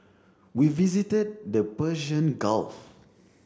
we visited the Persian Gulf